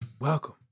Welcome